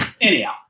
Anyhow